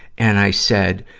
and i said,